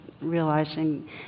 realizing